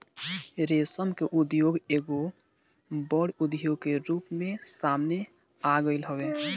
रेशम के उद्योग एगो बड़ उद्योग के रूप में सामने आगईल हवे